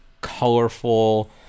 colorful